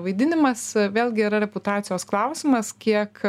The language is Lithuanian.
vaidinimas vėlgi yra reputacijos klausimas kiek